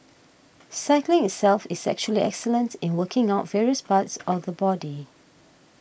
cycling itself is actually excellent in working out various parts of the body